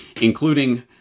including